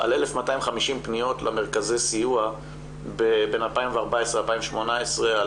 על 1,250 פניות למרכזי הסיוע בין 2014-2018 על